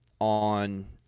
on